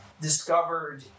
discovered